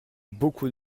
beaucoup